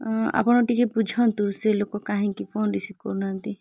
ଆପଣ ଟିକେ ବୁଝନ୍ତୁ ସେ ଲୋକ କାହିଁକି ଫୋନ୍ ରିସିଭ୍ କରୁନାହାନ୍ତି